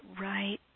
right